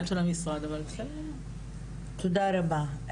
תודה רבה.